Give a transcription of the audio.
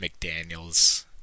McDaniels